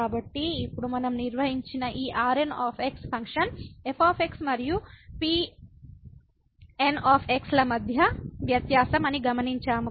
కాబట్టి ఇప్పుడు మనం నిర్వచించిన ఈ Rn ఫంక్షన్ f మరియు Pn ల మధ్య వ్యత్యాసం అని గమనించాము